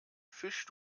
fisch